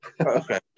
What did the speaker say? okay